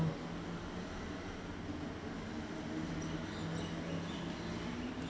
um